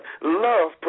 love